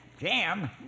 Jam